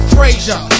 Frazier